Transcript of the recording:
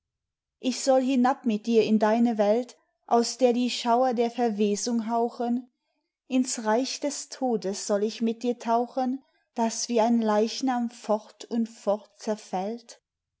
ich soll hinab mit dir in deine welt aus der die schauer der verwesung hauchen ins reich des todes soll ich mit dir tauchen das wie ein leichnam fort und fort zerfällt